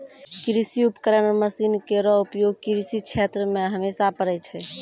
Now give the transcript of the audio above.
कृषि उपकरण मसीन केरो उपयोग कृषि क्षेत्र मे हमेशा परै छै